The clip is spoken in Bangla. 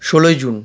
ষোলোই জুন